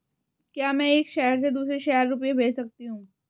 क्या मैं एक शहर से दूसरे शहर रुपये भेज सकती हूँ?